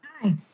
Hi